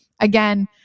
again